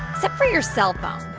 except for your cellphone.